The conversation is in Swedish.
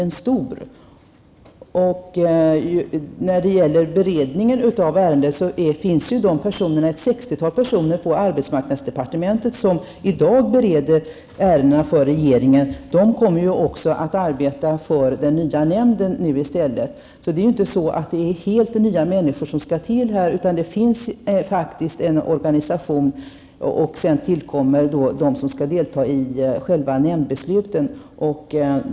När det gäller beredningen av ärendena vill jag erinra om att det i dag finns ett sextiotal personer på arbetsmarknadsdepartementet som bereder ärendena åt regeringen. Dessa personer kommer i stället att arbeta för den nya nämnden. Det är alltså inte helt nya människor som kommer in här, utan det finns faktiskt redan en organisation. Sedan tillkommer de som skall delta i själva besluten i nämnen.